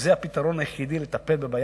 שזה הפתרון היחיד לטפל במים,